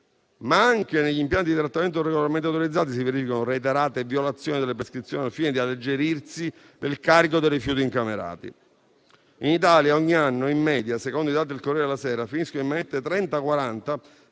Ma anche negli impianti di trattamento regolarmente autorizzati si verificano reiterate violazioni delle prescrizioni al fine di alleggerirsi del carico dei rifiuti incamerati. In Italia ogni anno, in media, secondo i dati del «Corriere della Sera», finiscono in manette